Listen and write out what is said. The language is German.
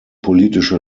politische